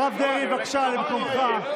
הרב דרעי, בבקשה למקומך.